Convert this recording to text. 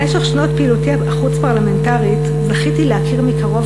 במשך שנות פעילותי החוץ-פרלמנטרית זכיתי להכיר מקרוב